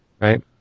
right